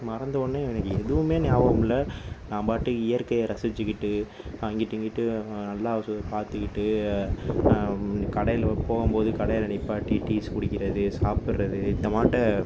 மறந்தவொன்னே எனக்கு எதுவுமே ஞாபகம் இல்லை நான் பாட்டுக்கு இயற்கையை ரசிச்சுக்கிட்டு அங்கிட்டு இங்கிட்டு நல்லா சு பார்த்துக்கிட்டு கடையில் போகும்போது கடையில் நிற்பாட்டி டீஸ் குடிக்கிறது சாப்பிட்றது இந்தமாட்ட